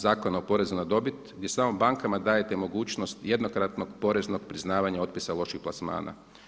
Zakona o porezu na dobit gdje samo bankama dajete mogućnost jednokratnog priznavanja otpisa loših plasmana.